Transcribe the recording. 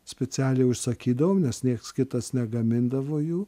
specialiai užsakydavom nes nieks kitas negamindavo jų